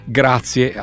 grazie